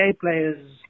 players